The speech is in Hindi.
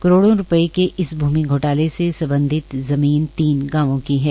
करोड़ो रुपये के इस भूमि घोटाले से सम्बधित जमीन तीन गांवों की है